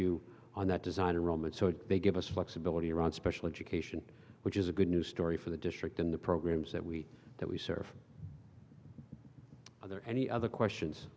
you on that design room and so they give us flexibility around special education which is a good news story for the district in the programs that we that we serve are there any other